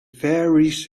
faeries